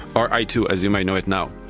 or i two as you may know it now.